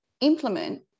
implement